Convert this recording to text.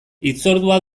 hitzordua